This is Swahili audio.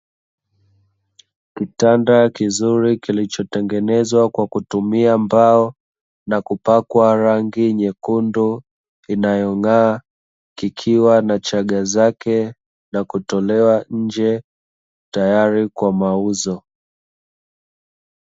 Kitanda kizuri kilichotengenezwa kwa kutumia mbao na kupakwa rangi nyekundu inayo ng'aa, kikiwa na chaga zake na kutolewa nje tayari kwa mauzo.